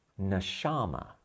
neshama